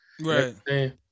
Right